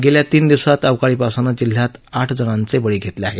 गेल्या तीन दिवसांत अवकाळी पावसानं जिल्ह्यात आठ जणांचे बळी घेतले आहेत